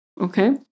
okay